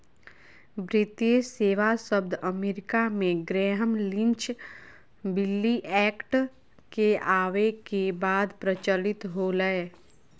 वित्तीय सेवा शब्द अमेरिका मे ग्रैहम लीच बिली एक्ट के आवे के बाद प्रचलित होलय